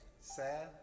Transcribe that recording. Sad